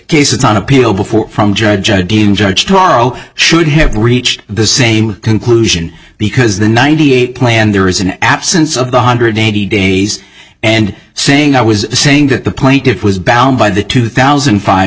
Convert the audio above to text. case on appeal before from judge judge judge tomorrow should have reached the same conclusion because the ninety eight plan there is an absence of the hundred eighty days and saying i was saying that the point it was bound by the two thousand